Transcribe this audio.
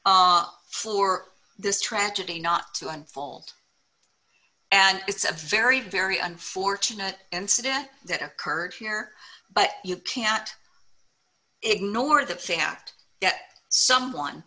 job for this tragedy not to unfold and it's a very very unfortunate incident that occurred here but you cannot ignore the fact that someone